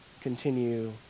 continue